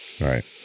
Right